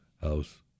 house